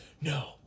No